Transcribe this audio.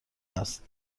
است